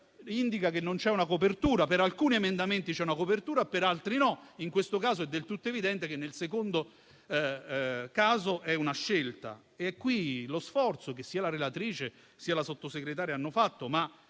indica che per alcuni emendamenti c'è una copertura, mentre per altri no. In questo caso è del tutto evidente che nel secondo caso è una scelta. È qui lo sforzo che sia la relatrice sia la Sottosegretaria hanno fatto,